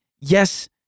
Yes